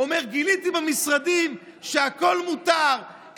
אומר: גיליתי במשרדים שהכול מותר,